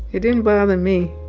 it didn't bother me.